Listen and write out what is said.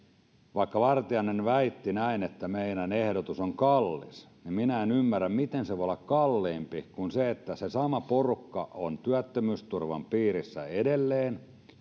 vaikka vartiainen väitti että meidän ehdotuksemme on kallis minä en ymmärrä miten se voi olla kalliimpi kuin se että se sama porukka on työttömyysturvan piirissä edelleen